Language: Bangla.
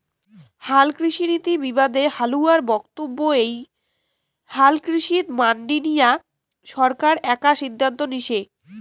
হালকৃষিনীতি বিবাদে হালুয়ার বক্তব্য এ্যাই হালকৃষিত মান্ডি নিয়া সরকার একা সিদ্ধান্ত নিসে